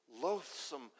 loathsome